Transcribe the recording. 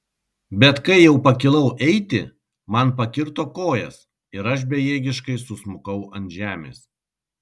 bet kai jau pakilau eiti man pakirto kojas ir aš bejėgiškai susmukau ant žemės